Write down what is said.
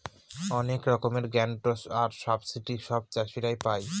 অনেক রকমের গ্রান্টস আর সাবসিডি সব চাষীরা পাই